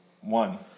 One